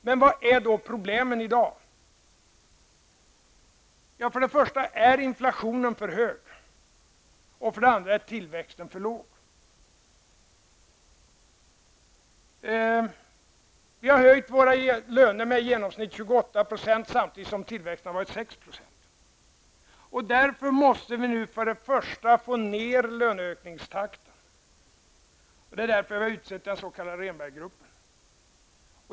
Vad är det då för problem i dag? För det första är inflationen för hög. För det andra är tillväxten för låg. Vi har höjt våra löner med i genomsnitt 28 % samtidigt som tillväxten har varit 6 %. Därför måste vi nu få ner löneökningstakten. Det är därför vi har tillsatt den s.k. Rehnberggruppen.